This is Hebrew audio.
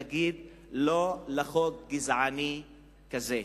תגיד לא לחוק גזעני כזה.